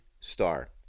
star